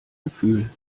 gefühl